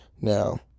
Now